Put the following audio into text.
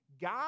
God